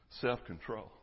self-control